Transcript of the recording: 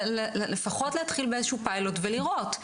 לפחות להתחיל באיזשהו פיילוט ולראות,